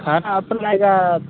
हँ अपने